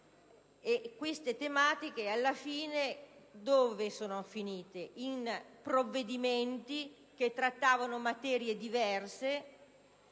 queste tematiche, alla fine, dove sono finite? In provvedimenti che trattavano materie diverse